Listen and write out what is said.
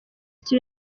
city